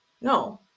no